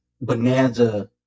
bonanza